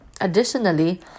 Additionally